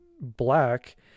black